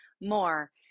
more